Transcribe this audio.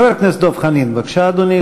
חבר הכנסת דב חנין, בבקשה, אדוני.